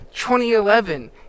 2011